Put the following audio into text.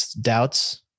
doubts